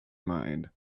mind